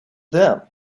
them